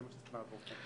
זה מה שצריך לעבור כאן.